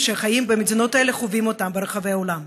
שחיים במדינות האלה חווים ברחבי העולם.